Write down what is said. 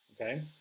Okay